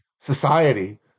society